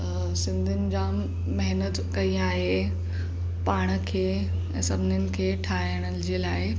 सिंधियुनि जाम महिनतु कई आहे पाण खे सभिनीनि खे ठाहिण जे लाइ